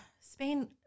Spain